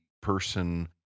person